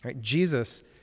Jesus